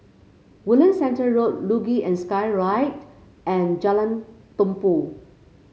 Woodlands Centre Road Luge and Skyride and Jalan Tumpu